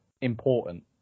important